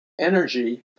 energy